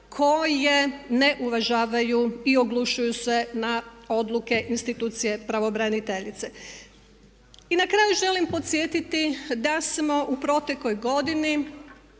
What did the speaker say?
koje ne uvažavaju i oglušuju se na odluke institucije pravobraniteljice. I na kraju želim podsjetiti da smo u protekloj godini